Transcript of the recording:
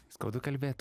skaudu kalbėt